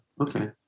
okay